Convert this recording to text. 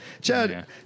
Chad